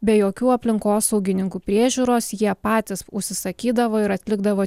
be jokių aplinkosaugininkų priežiūros jie patys užsisakydavo ir atlikdavo